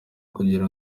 kugira